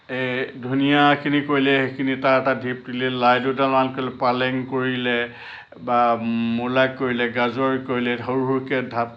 এই ধনিয়াখিনি কৰিলে সেইখিনি তাৰ এটা ঢিপ তুলিলে লাই দুডালমান কৰিলে পালেং কৰিলে বা মূলা কৰিলে গাজৰ কৰিলে সৰু সৰুকৈ ঢাপ